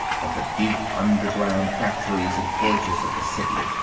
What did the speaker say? from the deep underground factories and forges of the city.